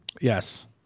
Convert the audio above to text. Yes